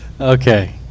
Okay